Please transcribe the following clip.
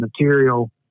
material